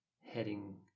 heading